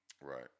Right